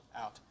out